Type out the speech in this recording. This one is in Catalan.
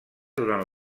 durant